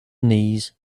knees